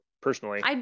personally